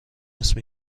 اسم